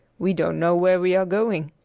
we don't know where we are going!